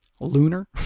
Lunar